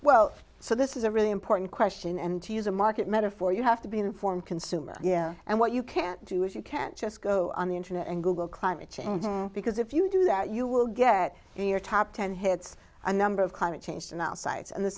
well so this is a really important question and to use a market metaphor you have to be an informed consumer yeah and what you can't do is you can't just go on the internet and google climate change because if you do that you will get your top ten hits a number of climate change denial sites and the